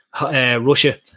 Russia